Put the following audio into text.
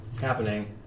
happening